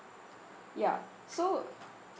ya so